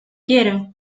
quiero